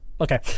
Okay